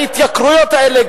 ההתייקרויות האלה,